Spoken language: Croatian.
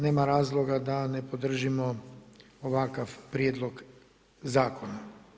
Nema razloga da ne podržimo ovakav prijedlog Zakona.